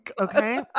Okay